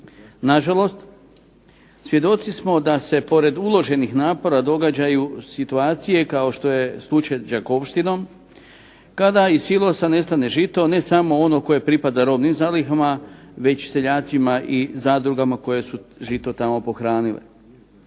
Na žalost svjedoci smo da se pored uloženih napora događaju situacije kao što je slučaj s Đakovštinom, kada iz silosa nestane žito, ne samo ono koje pripada robnim zalihama, već seljacima i zadrugama koje su žito tamo pohranile.